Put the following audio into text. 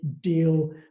deal